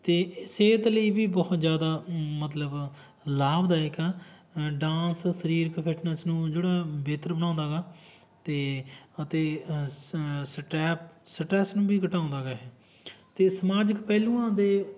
ਅਤੇ ਇਹ ਸਿਹਤ ਲਈ ਵੀ ਬਹੁਤ ਜ਼ਿਆਦਾ ਮਤਲਬ ਲਾਭਦਾਇਕ ਆ ਡਾਂਸ ਸਰੀਰਕ ਫਿਟਨੈਸ ਨੂੰ ਜਿਹੜਾ ਬਿਹਤਰ ਬਣਾਉਂਦਾ ਗਾ ਤੇ ਅਤੇ ਸਟੈਪ ਸਟਰੈਸ ਨੂੰ ਵੀ ਘਟਾਉਂਦਾ ਗਾ ਇਹ ਅਤੇ ਸਮਾਜਿਕ ਪਹਿਲੂਆਂ ਦੇ